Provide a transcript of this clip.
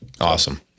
Awesome